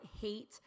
hate